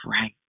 right